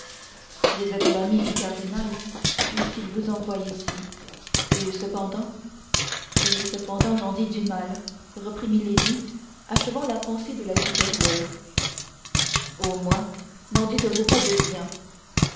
vous êtes l'amie du cardinal puisqu'il vous envoie ici et cependant et cependant j'en dis du mal reprit milady achevant la pensée de la supérieure au moins n'en dites-vous pas de bien